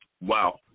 Wow